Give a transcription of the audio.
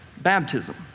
baptism